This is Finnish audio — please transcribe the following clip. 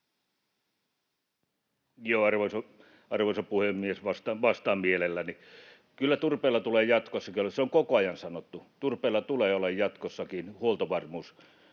Arvoisa puhemies! Vastaan mielelläni: Kyllä turpeella tulee jatkossakin — se on koko ajan sanottu — olla huoltovarmuusnäkökulma.